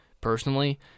personally